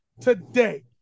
today